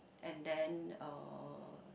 and then uh